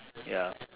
ya